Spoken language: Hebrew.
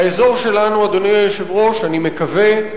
האזור שלנו, אדוני היושב-ראש, אני מקווה,